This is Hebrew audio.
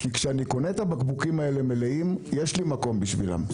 כי כשאני קונה את הבקבוקים האלה מלאים יש לי מקום בשבילם.